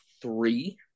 three